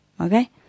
Okay